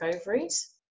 ovaries